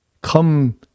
come